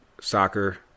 soccer